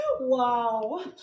Wow